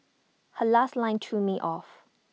her last line threw me off